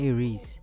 Aries